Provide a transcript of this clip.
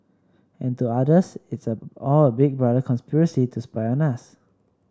and to others it's all a big brother conspiracy to spy on us